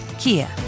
Kia